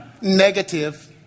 Negative